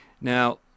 Now